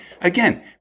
again